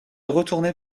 retournait